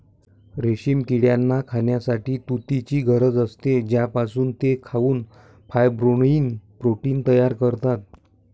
रेशीम किड्यांना खाण्यासाठी तुतीची गरज असते, ज्यापासून ते खाऊन फायब्रोइन प्रोटीन तयार करतात